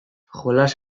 jolas